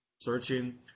searching